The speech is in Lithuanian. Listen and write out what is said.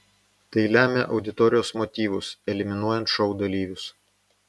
tai lemia auditorijos motyvus eliminuojant šou dalyvius